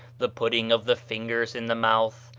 the putting of the fingers in the mouth,